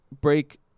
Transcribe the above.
break